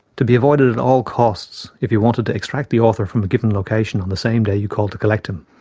to be avoided at all costs if you wanted to extract the author from a given location on the same day you called to collect him.